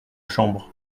chambre